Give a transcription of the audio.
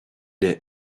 est